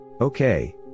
Okay